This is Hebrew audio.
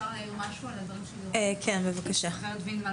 ורד וינדמן,